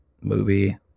movie